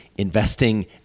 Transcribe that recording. investing